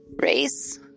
Race